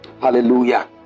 Hallelujah